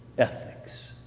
Ethics